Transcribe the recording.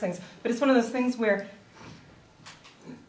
things but it's one of those things where